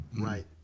Right